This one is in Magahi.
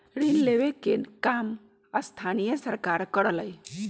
ऋण लेवे के काम स्थानीय सरकार करअलई